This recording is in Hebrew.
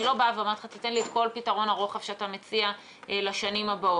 אני לא אומרת לך שתיתן לי את כל פתרון הרוחב שאתה מציע לשנים הבאות.